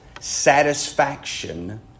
satisfaction